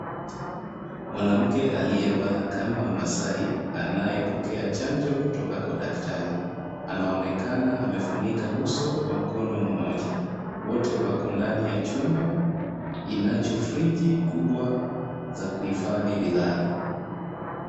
Mwanamke aliyevaa kama masai anapokea chanjo kutoka kwa daktari. Anaonekana amefunika uso kwa mkono mmoja. Wote wako ndani ya chumba kinacho friji kubwa za kuhifadhi bidhaa.